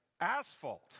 asphalt